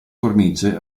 cornice